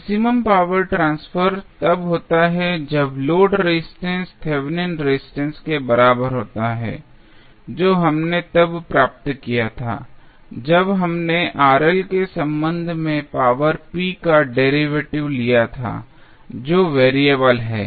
maximum power transfer तब होता है जब लोड रेजिस्टेंस थेवेनिन रेजिस्टेंस के बराबर होता है जो हमने तब प्राप्त किया था जब हमने के संबंध में पावर p का डेरिवेटिव लिया था जो वेरिएबल है